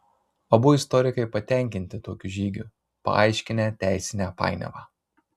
abu istorikai patenkinti tokiu žygiu paaiškinę teisinę painiavą